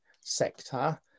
sector